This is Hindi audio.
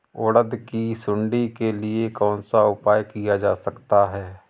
उड़द की सुंडी के लिए कौन सा उपाय किया जा सकता है?